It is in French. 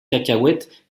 cacahuètes